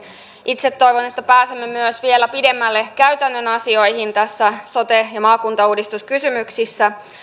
itse toivon että pääsemme myös vielä pidemmälle käytännön asioihin näissä sote ja maakuntauudistuskysymyksissä